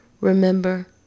remember